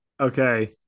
Okay